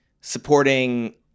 supporting